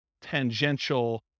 tangential